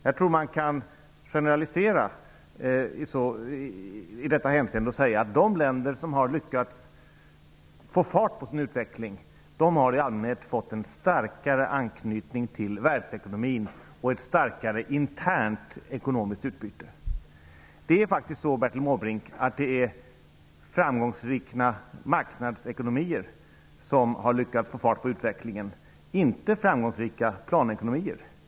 Jag tror att man kan generalisera i detta hänseende och säga att de länder som har lyckats få fart på sin utveckling har i allmänhet fått en starkare anknytning till världsekonomin och ett större internt ekonomiskt utbyte. Det är faktiskt så, Bertil Måbrink, att det är framgångsrika marknadsekonomier som har lyckats få fart på utvecklingen, inte framgångsrika planekonomier.